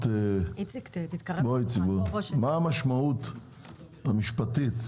מה המשמעות המשפטית,